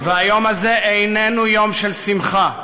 והיום הזה איננו יום של שמחה.